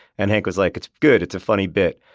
and hank was like, it's good. it's a funny bit.